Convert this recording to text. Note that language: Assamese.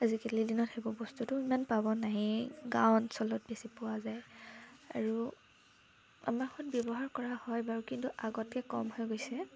আজিকালিৰ দিনত সেইবোৰ বস্তুতো ইমান পাব নায়েই গাঁৱ অঞ্চলত বেছি পোৱা যায় আৰু আমাৰ ঘৰত ব্যৱহাৰ কৰা হয় বাৰু কিন্তু আগতকৈ কম হৈ গৈছে